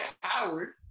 Howard